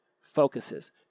focuses